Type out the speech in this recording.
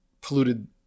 polluted